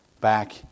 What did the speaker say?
back